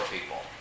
people